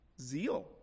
zeal